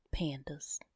pandas